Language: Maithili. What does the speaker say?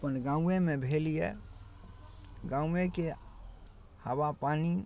अपन गामेमे भेल अइ गामेके हवापानी